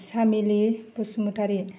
Samili Basumatary